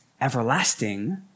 everlasting